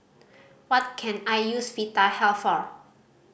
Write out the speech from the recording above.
what can I use Vitahealth for